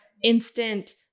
instant